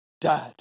Dad